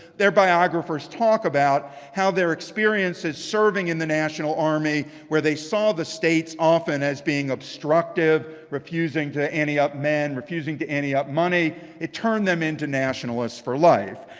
their biographers talk about how their experiences serving in the national army, where they saw the states often as being obstructive, refusing to ante up men, refusing to ante up money, it turned them into nationalists for life.